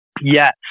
Yes